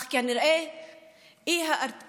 אך כנראה האי-הרתעה